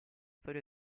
storia